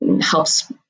helps